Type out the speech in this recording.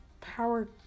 power